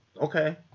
okay